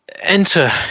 enter